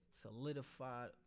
solidified